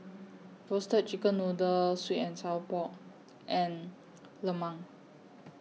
Roasted Chicken Noodle Sweet and Sour Pork and Lemang